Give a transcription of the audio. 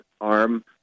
arm